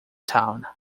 town